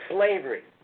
Slavery